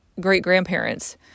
great-grandparents